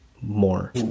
more